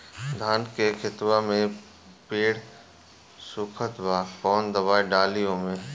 धान के खेतवा मे पेड़ सुखत बा कवन दवाई डाली ओमे?